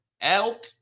Elk